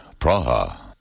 Praha